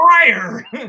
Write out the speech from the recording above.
fire